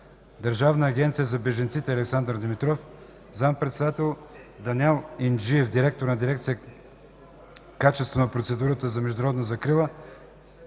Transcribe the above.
Държавната агенция за бежанците: Александър Димитров – зам.-председател, Даниел Инджиев – директор на дирекция „Качество на процедурата за международна закрила”,